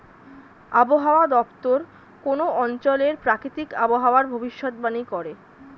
আবহাওয়া দপ্তর কোন অঞ্চলের প্রাকৃতিক আবহাওয়ার ভবিষ্যতবাণী করে